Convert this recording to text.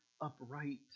upright